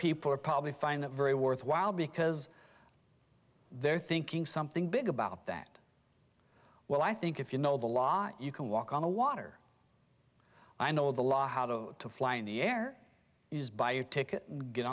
people are probably find a very worthwhile because they're thinking something big about that well i think if you know the law you can walk on the water i know the law how to fly in the air is buy a ticket